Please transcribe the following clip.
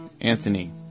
Anthony